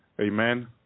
Amen